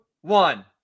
one